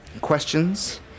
questions